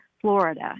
Florida